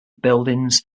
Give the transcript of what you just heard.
buildings